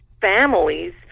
families